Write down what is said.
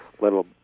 little